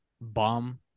bomb